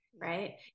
right